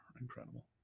incredible